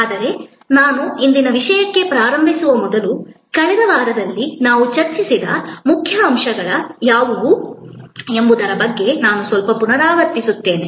ಆದರೆ ನಾನು ಇಂದಿನ ವಿಷಯಕ್ಕೆ ಪ್ರಾರಂಭಿಸುವ ಮೊದಲು ಕಳೆದ ವಾರದಲ್ಲಿ ನಾವು ಚರ್ಚಿಸಿದ ಮುಖ್ಯ ಅಂಶಗಳು ಯಾವುವು ಎಂಬುದರ ಬಗ್ಗೆ ನಾನು ಸ್ವಲ್ಪ ಪುನರಾವರ್ತಿಸುತ್ತೇನೆ